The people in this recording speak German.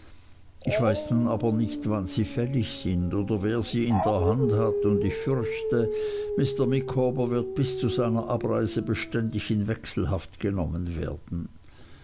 ich weiß nun aber nicht wann sie fällig sind oder wer sie in der hand hat und ich fürchte mr micawber wird bis zu seiner abreise beständig in wechselhaft genommen werden